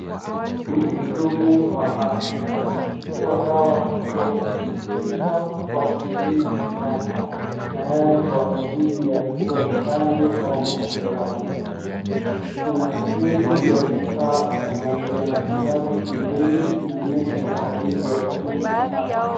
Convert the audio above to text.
Mhudumu wa afya anachukua dawa kutoka kwenye tupa kwa kutumia sindano tayari kwa ajili ya kutoa chanjo au matibabu. Kuna trey ya vifaa vya matibabu pembeni inaonyesha maandalizi ya huduma ya afya.